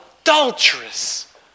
adulterous